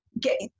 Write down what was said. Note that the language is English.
get